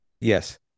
yes